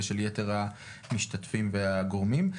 ושל יתר המשתתפים והגורמים.